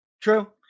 true